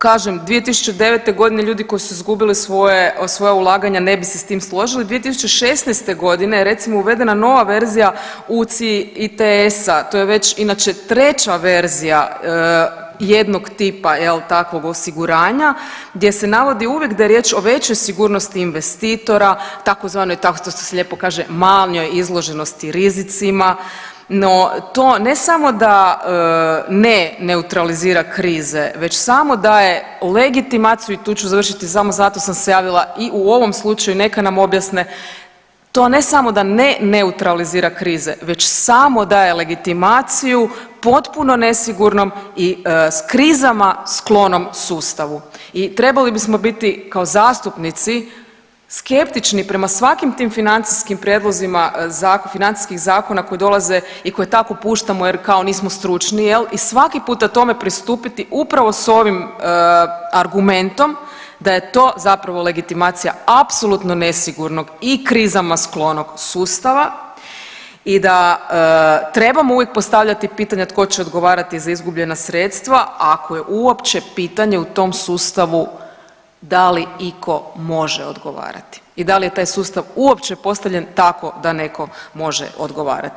Kažem 2009.g. ljudi koji su izgubili svoje, svoja ulaganja ne bi se s tim složili, 2016.g. je recimo uvedena nova verzija … [[Govornik se ne razumije]] to je već inače treća verzija jednog tipa jel takvog osiguranja gdje se navodi uvijek da je riječ o većoj sigurnosti investitora tzv. … [[Govornik se ne razumije]] kako se lijepo kaže manjoj izloženosti rizicima, no to ne samo da ne neutralizira krize već samo daje legitimaciju i tu ću završiti samo zato sam se javila i u ovom slučaju neka nam objasne, to ne samo da ne neutralizira krize već samo daje legitimaciju potpuno nesigurnom i s krizama sklonom sustavu i trebali bismo biti kao zastupnici skeptični prema svakim tim financijskim prijedlozima financijskih zakona koji dolaze i koje tako puštamo jer kao nismo stručni jel i svaki puta tome pristupiti upravo s ovim argumentom da je to zapravo legitimacija apsolutno nesigurnog i krizama sklonog sustava i da trebamo uvijek postavljati pitanja tko će odgovarati za izgubljena sredstva ako je uopće pitanje u tom sustavu da li iko može odgovarati i da li je taj sustav uopće postavljen tako da neko može odgovarati.